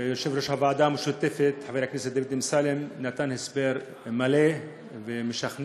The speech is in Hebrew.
יושב-ראש הוועדה המשותפת חבר הכנסת דוד אמסלם נתן הסבר מלא ומשכנע,